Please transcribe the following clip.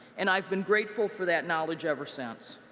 and i've been grateful for that knowledge ever since.